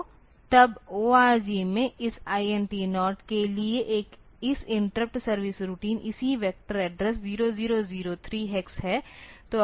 तो तब ORG में इस INT 0 के लिए इस इंटरप्ट सर्विस रूटीन इसी वेक्टर एड्रेस 0003 हेक्स है